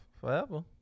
forever